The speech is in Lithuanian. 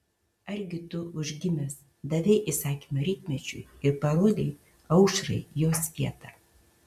argi tu užgimęs davei įsakymą rytmečiui ir parodei aušrai jos vietą